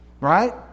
right